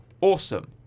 Awesome